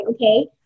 okay